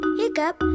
hiccup